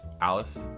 Alice